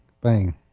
bang